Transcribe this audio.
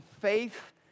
faith